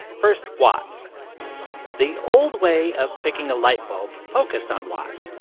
first, watts the old way of picking a lightbulb focused on watts.